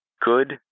good